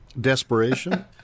desperation